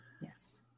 Yes